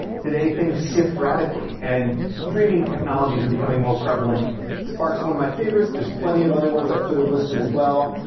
today things shift radically and streaming technologies are becoming more prevalent spark is one of my favorites. there's plenty of other ones i could have listed as well.